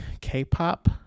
K-pop